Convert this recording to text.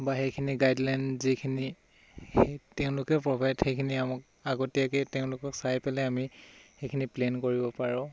বা সেইখিনি গাইডলাইন যিখিনি সেই তেওঁলোকে প্ৰভাইড সেইখিনি আমাক আগতীয়াকৈ তেওঁলোকক চাই পেলাই আমি সেইখিনি প্লেন কৰিব পাৰোঁ